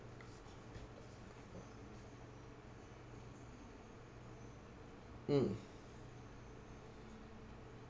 mm